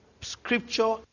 scripture